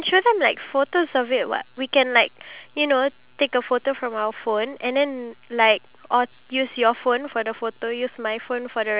so I thought maybe we could do that type of video and then we can include the photo of it and then we will like explain to them